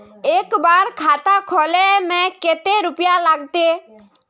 एक बार खाता खोले में कते रुपया लगते?